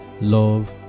Love